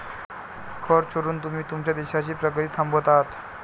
कर चोरून तुम्ही तुमच्या देशाची प्रगती थांबवत आहात